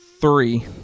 Three